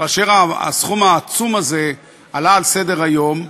כאשר הסכום העצום הזה עלה על סדר-היום,